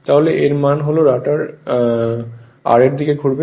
তাহলে এর মানে হল রটর r এর দিকে ঘুরবে